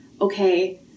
okay